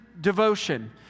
devotion